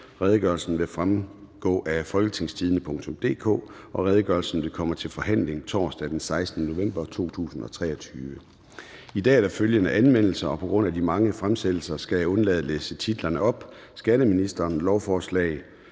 Redegørelsen vil fremgå af www.folketingstidende.dk. Redegørelsen vil komme til forhandling torsdag den 16. november 2023. I dag er der følgende anmeldelser, og på baggrund af de mange fremsættelser skal jeg undlade at læse titlerne op: Skatteministeren (Jeppe